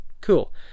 cool